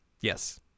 Yes